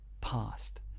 past